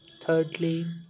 Thirdly